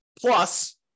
Plus